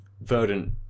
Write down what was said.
Verdant